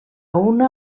una